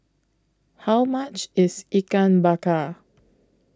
How much IS Ikan Bakar